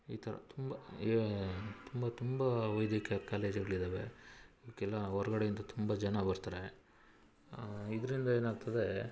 ಈ ಥರ ತುಂಬ ತುಂಬ ತುಂಬ ವೈದ್ಯಕೀಯ ಕಾಲೇಜುಗಳಿದಾವೆ ಇದಕ್ಕೆಲ್ಲ ಹೊರ್ಗಡೆಯಿಂದ ತುಂಬ ಜನ ಬರ್ತಾರೆ ಇದರಿಂದ ಏನಾಗ್ತದೆ